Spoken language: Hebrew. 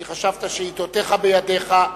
כי חשבת שעתותך בידיך.